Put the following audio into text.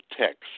text